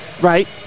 right